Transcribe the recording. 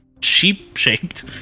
sheep-shaped